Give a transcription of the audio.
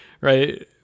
right